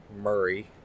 Murray